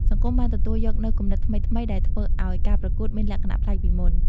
សង្គមបានទទួលយកនូវគំនិតថ្មីៗដែលធ្វើឲ្យការប្រកួតមានលក្ខណៈប្លែកពីមុន។